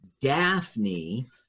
Daphne